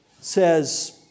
says